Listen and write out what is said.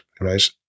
right